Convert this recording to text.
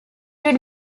would